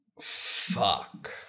Fuck